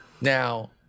Now